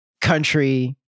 country